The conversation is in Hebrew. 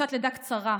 חופשת לידה קצרה,